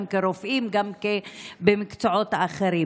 גם כרופאים וגם במקצועות אחרים?